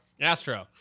Astro